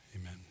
Amen